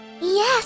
Yes